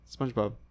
Spongebob